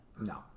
No